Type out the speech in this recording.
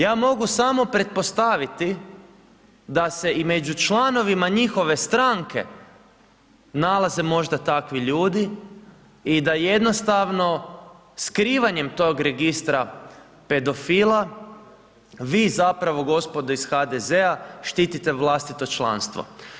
Ja mogu samo pretpostaviti da se i među članovima njihove stranke nalaze možda takvi ljudi i da jednostavno skrivanjem tog registra pedofila vi zapravo gospodo iz HDZ-a štitite vlastito članstvo.